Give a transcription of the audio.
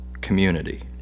community